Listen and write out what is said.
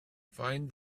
find